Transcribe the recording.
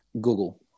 Google